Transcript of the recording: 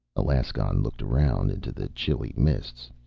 alaskon looked around into the chilly mists.